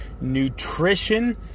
nutrition